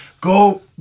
Go